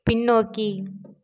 பின்னோக்கி